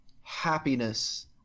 happiness